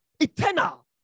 eternal